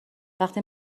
وقتی